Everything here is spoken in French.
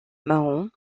mahon